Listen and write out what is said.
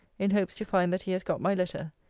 in hopes to find that he has got my letter.